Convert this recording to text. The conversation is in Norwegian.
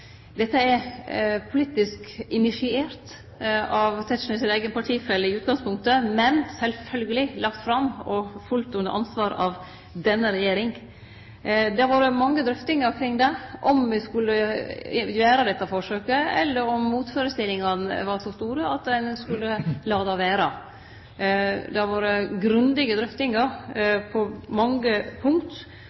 Dette er i utgangspunktet politisk initiert av Tetzschners sin eigen partifelle, men sjølvsagt lagt fram fullt under ansvar av denne regjeringa. Det har vore mange drøftingar omkring det – om me skulle gjere dette forsøket, eller om motførestellingane var så store at ein skulle la det vere. Det har vore grundige drøftingar på mange punkt.